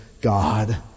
God